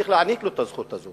צריך להעניק לו את הזכות הזאת.